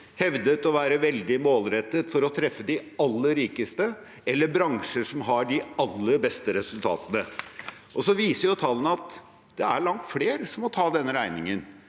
hevdet å være veldig målrettede for å treffe de aller rikeste eller bransjer som har de aller beste resultatene. Så viser tallene at det er langt flere som må ta denne regningen.